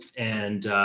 and,